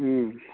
ꯎꯝ